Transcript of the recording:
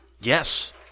Yes